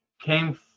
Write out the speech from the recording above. came